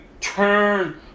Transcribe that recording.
turn